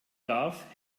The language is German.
darf